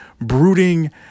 brooding